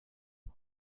why